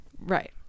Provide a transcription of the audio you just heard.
right